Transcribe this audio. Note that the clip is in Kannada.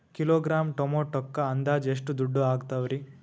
ಕಿಲೋಗ್ರಾಂ ಟೊಮೆಟೊಕ್ಕ ಅಂದಾಜ್ ಎಷ್ಟ ದುಡ್ಡ ಅಗತವರಿ?